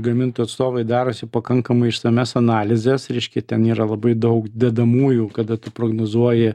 gamintojų atstovai darosi pakankamai išsamias analizes reiškia ten yra labai daug dedamųjų kada tu prognozuoji